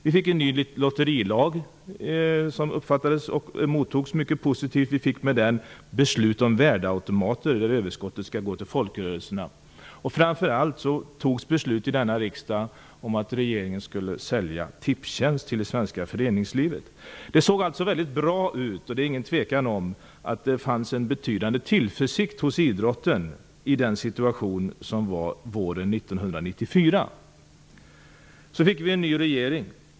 Vi fick en ny lotterilag, som mottogs mycket positivt. Vi fick med den beslut om att värdeautomaters överskott skall gå till folkrörelserna. Framför allt fattades beslut i riksdagen om att regeringen skulle sälja Tipstjänst till det svenska föreningslivet. Det såg alltså väldigt bra ut, och det är ingen tvekan om att det fanns en betydande tillförsikt hos idrotten i situationen våren 1994. Så fick vi en ny regering.